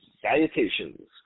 salutations